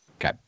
Okay